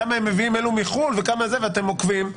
כמה הם מביאים וכו' ואתם עוקבים.